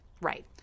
right